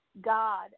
God